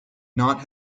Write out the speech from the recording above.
not